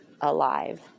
alive